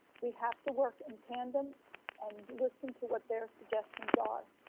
we have to work in tandem and listen to what their suggestions are.